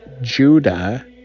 Judah